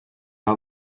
are